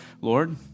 Lord